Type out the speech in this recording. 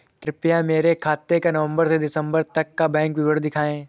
कृपया मेरे खाते का नवम्बर से दिसम्बर तक का बैंक विवरण दिखाएं?